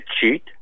cheat